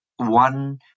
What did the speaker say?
one